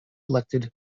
elected